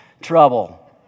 trouble